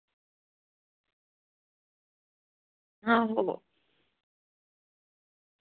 आहो